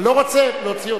אני לא רוצה להוציא אותך.